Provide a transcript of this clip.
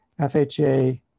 FHA